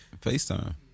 FaceTime